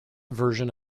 version